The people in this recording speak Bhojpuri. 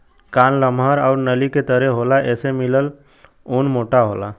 कान लमहर आउर नली के तरे होला एसे मिलल ऊन मोटा होला